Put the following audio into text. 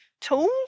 tool